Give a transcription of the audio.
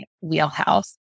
wheelhouse